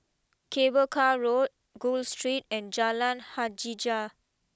Cable Car Road Gul Street and Jalan Hajijah